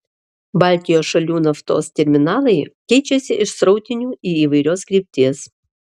baltijos šalių naftos terminalai keičiasi iš srautinių į įvairios krypties